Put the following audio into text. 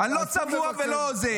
אני לא צבוע ולא זה.